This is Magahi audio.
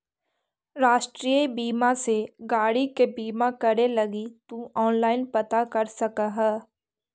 राष्ट्रीय बीमा से गाड़ी के बीमा करे लगी तु ऑनलाइन पता कर सकऽ ह